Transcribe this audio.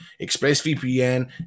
ExpressVPN